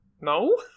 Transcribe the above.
No